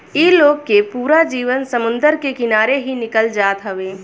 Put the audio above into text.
इ लोग के पूरा जीवन समुंदर के किनारे ही निकल जात हवे